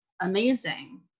amazing